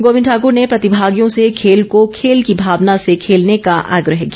गोविंद ठाकूर ने प्रतिभागियों से खेल को खेल की भावना से खेलने का आग्रह किया